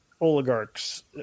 oligarchs